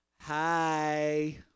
Hi